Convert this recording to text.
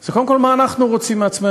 זה קודם כול מה אנחנו רוצים מעצמנו,